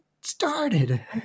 started